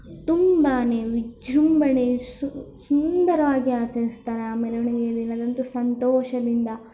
ತುಂಬಾ ವಿಜೃಂಭಣೆ ಸುಂದರವಾಗಿ ಆಚರಿಸ್ತಾರೆ ಆ ಮೆರೆವಣಿಗೆಯ ದಿನದಂದು ಸಂತೋಷದಿಂದ